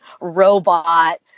robot